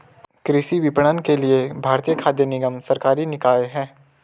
कृषि विपणन के लिए भारतीय खाद्य निगम सरकारी निकाय है